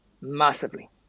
massively